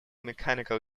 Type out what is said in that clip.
mechanical